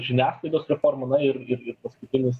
žiniasklaidos reforma na ir ir ir paskutinis